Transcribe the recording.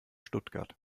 stuttgart